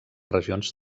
regions